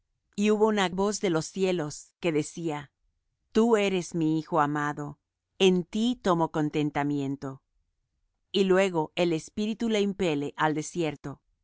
y hubo una voz de los cielos que decía tú eres mi hijo amado en ti tomo contentamiento y luego el espíritu le impele al desierto